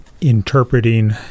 interpreting